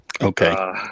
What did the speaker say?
okay